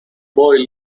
boy